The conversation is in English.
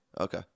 Okay